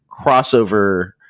crossover